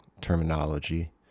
terminology